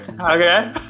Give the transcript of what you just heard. Okay